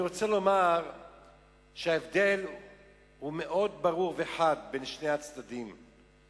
אני רוצה לומר שההבדל בין שני הצדדים מאוד ברור וחד.